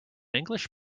english